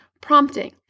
prompting